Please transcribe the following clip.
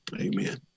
amen